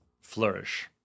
flourish